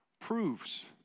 proves